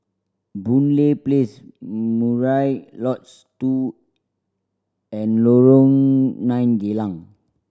Boon Lay Place Murai Lodge twoand Lorong Nine Geylang